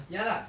ya lah